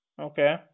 Okay